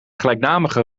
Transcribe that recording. gelijknamige